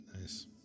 Nice